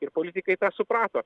ir politikai tą suprato